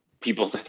People